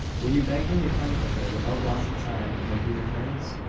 will you beg him to come to her without loss of time, when he returns?